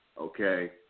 Okay